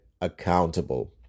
accountable